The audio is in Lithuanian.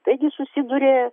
taigi susiduria